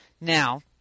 Now